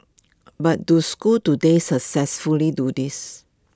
but do schools today successfully do this